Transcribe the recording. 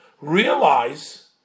realize